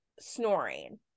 snoring